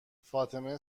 فاطمه